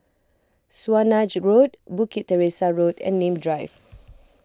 Swanage Road Bukit Teresa Road and Nim Drive